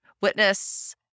witness